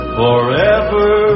forever